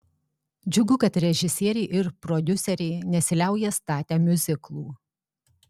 džiugu kad režisieriai ir prodiuseriai nesiliauja statę miuziklų